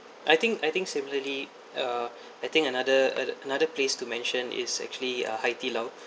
I think I think similarly uh I think another uh another place to mention is actually uh hai di lao